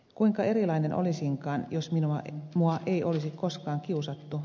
kuinka erilainen olisinkaan jos mua ei olisi koskaan kiusattu